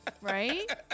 Right